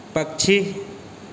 पक्षी